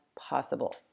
possible